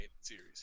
series